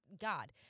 God